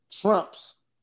trumps